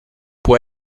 può